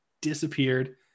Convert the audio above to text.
disappeared